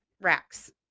racks